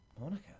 monica